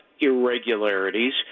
irregularities